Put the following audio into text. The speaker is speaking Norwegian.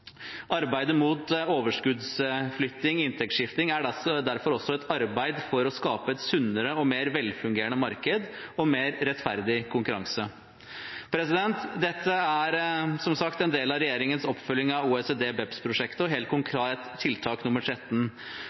Arbeidet mot overskuddsflytting og inntektsskifting er derfor også et arbeid for å skape et sunnere og mer velfungerende marked og mer rettferdig konkurranse. Dette er, som sagt, en del av regjeringens oppfølging av OECD/BEPS-prosjektet og et helt konkret tiltak, tiltak 13.